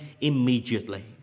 immediately